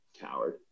coward